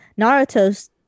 naruto's